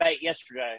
yesterday